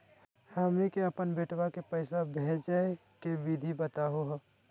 हमनी के अपन बेटवा क पैसवा भेजै के विधि बताहु हो?